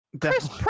Chris